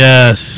Yes